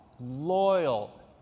loyal